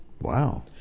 Wow